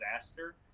disaster